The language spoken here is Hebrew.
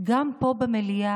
גם פה במליאה